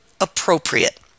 appropriate